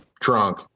drunk